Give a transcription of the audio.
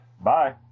Bye